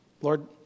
Lord